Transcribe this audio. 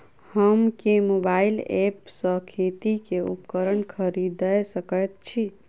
हम केँ mobile app सँ खेती केँ उपकरण खरीदै सकैत छी?